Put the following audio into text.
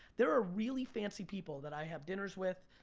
there are really fancy people that i have dinners with,